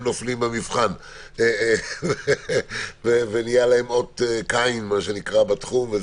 הם נופלים במבחן ונעשה להם אות קין בתחום.